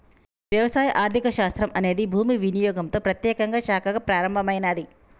వ్యవసాయ ఆర్థిక శాస్త్రం అనేది భూమి వినియోగంతో ప్రత్యేకంగా శాఖగా ప్రారంభమైనాది